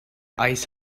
ice